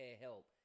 help